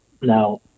now